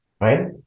right